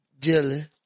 jelly